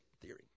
theory